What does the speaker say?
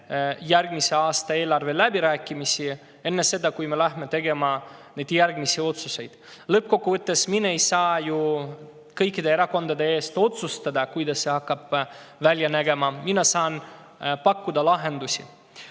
järgmise aasta eelarve läbirääkimisi, enne seda, kui me läheme tegema järgmisi otsuseid. Lõppkokkuvõttes ei saa mina kõikide erakondade eest otsustada, kuidas see hakkab välja nägema, mina saan pakkuda lahendusi.